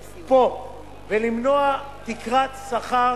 ולמנוע תקרת שכר